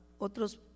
Otros